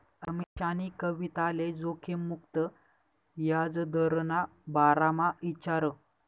अमीशानी कविताले जोखिम मुक्त याजदरना बारामा ईचारं